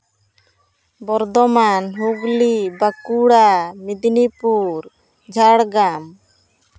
Bardhaman Hooghly Bankura Medinipur Jhargram